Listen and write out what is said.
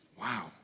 wow